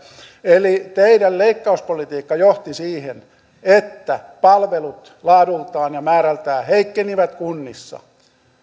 eli teidän leikkauspolitiikkanne johti siihen että palvelut laadultaan ja määrältään heikkenivät kunnissa